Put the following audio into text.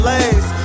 Lay's